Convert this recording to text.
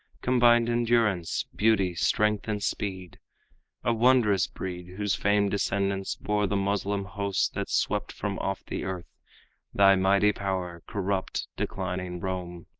combined endurance, beauty, strength and speed a wondrous breed, whose famed descendants bore the moslem hosts that swept from off the earth thy mighty power, corrupt, declining rome,